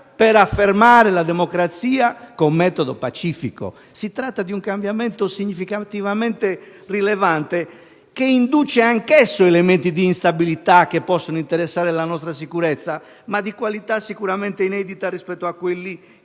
per affermare la democrazia con metodo pacifico. Si tratta di un cambiamento molto rilevante, che induce anch'esso elementi di instabilità che possono interessare la nostra sicurezza, ma di qualità sicuramente inedita rispetto a quelli